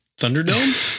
thunderdome